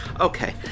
Okay